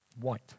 white